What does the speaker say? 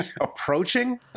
approaching